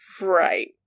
Right